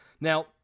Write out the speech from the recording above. Now